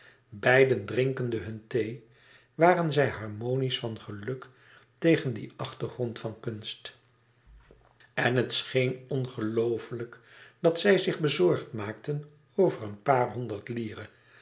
beiden drinkende hunne thee waren zij harmonisch van geluk tegen dien achtergrond van kunst en het scheen ongelooflijk dat zij zich bezorgd maakten over een paar honderd lire